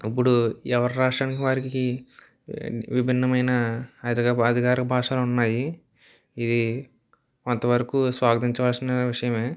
ఇప్పుడు ఎవరి రాష్ట్రానికి వారికి విభిన్నమైన అధికా అధికార భాషలు ఉన్నాయి ఇది కొంతవరకు స్వాగతించవలసిన విషయమే